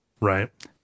right